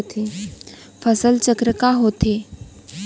फसल चक्र का होथे?